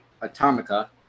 Atomica